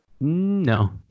No